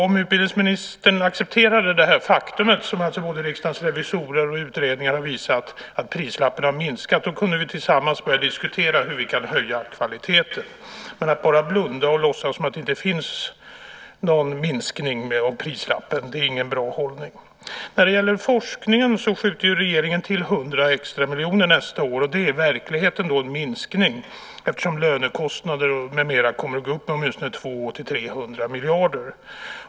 Om utbildningsministern accepterade det faktum som både Riksdagens revisorer och utredningar har visat, att prislappen har minskat, kunde vi tillsammans börja diskutera hur vi kan höja kvaliteten. Men att bara blunda och låtsas som att det inte finns någon minskning av prislappen är ingen bra hållning. När det gäller forskningen skjuter regeringen till 100 extra miljoner nästa år. Det är i verkligheten en minskning då lönekostnader med mera kommer att gå upp med åtminstone mellan 200 och 300 miljarder.